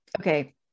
okay